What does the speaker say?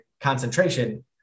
concentration